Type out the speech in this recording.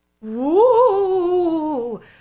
Woo